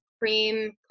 cream